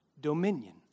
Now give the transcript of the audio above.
dominion